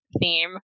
theme